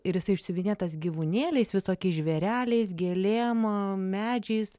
ir jisai išsiuvinėtas gyvūnėliais visokiais žvėreliais gėlėm a medžiais